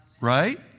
right